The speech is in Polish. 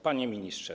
Panie Ministrze!